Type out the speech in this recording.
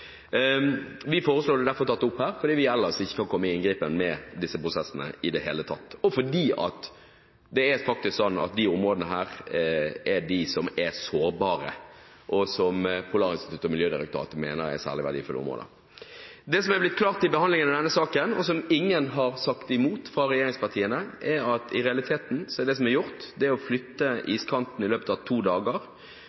Vi foreslår det derfor tatt opp her, fordi vi ellers ikke kan komme i inngripen med disse prosessene i det hele tatt, og fordi det faktisk er slik at disse områdene er de som er sårbare, og som Polarinstituttet og Miljødirektoratet mener er særlig verdifulle områder. Det som er blitt klart i behandlingen av denne saken, og som ingen har sagt imot fra regjeringspartiene, er at det som i realiteten er gjort, er å flytte iskanten i løpet av to dager